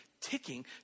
ticking